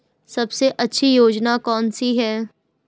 सबसे अच्छी योजना कोनसी है?